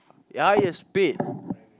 ya it's paid